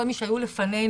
כל מי שהיו לפנינו,